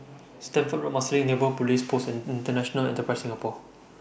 Stamford Road Marsiling Neighbour Police Post and International Enterprise Singapore